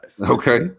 Okay